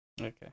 Okay